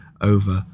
over